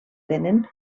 tenen